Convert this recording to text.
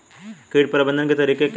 कीट प्रबंधन के तरीके क्या हैं?